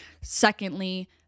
Secondly